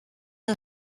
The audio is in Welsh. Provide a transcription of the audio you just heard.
yng